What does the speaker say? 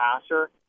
passer